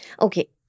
Okay